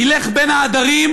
נלך בין העדרים,